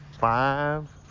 five